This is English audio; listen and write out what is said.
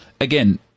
Again